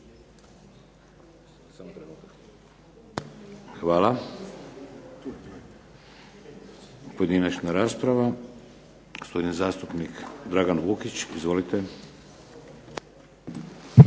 Hvala. Pojedinačna rasprava. Gospodin zastupnik Dragan Vukić. Izvolite.